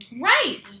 Right